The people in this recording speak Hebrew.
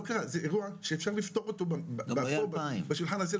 זה אירוע שאפשר לפתור אותו פה בשולחן הזה.